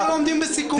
אתם לא עומדים בסיכומים.